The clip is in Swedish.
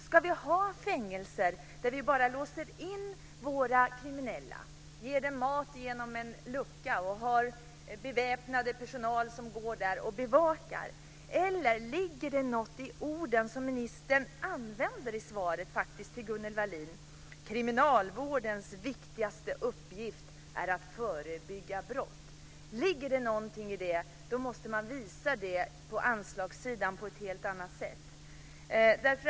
Ska vi ha fängelser där vi bara låser in våra kriminella, ger dem mat genom en lucka och har beväpnad personal som går där och bevakar, eller ligger det något i orden som ministern faktiskt använder i svaret till Gunnel Wallin om att kriminalvårdens viktigaste uppgift är att förebygga brott? Ligger det något i det måste man visa detta på anslagssidan på ett helt annat sätt.